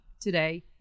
today